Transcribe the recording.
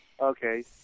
Okay